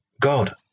God